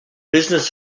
business